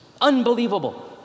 unbelievable